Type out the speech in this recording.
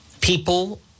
people